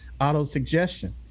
auto-suggestion